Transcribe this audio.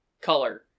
color